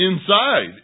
Inside